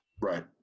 Right